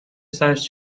سرش